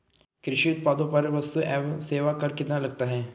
कृषि उत्पादों पर वस्तु एवं सेवा कर कितना लगता है?